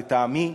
לטעמי,